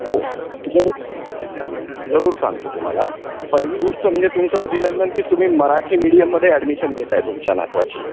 हो जरू जरूर सांगतो तुम्हाला पहिली गोष्ट म्हणजे तुमचं अभिनंदन की तुम्ही मराठी मिडियममध्ये ॲडमिशन घेताय तुमच्या नातवाची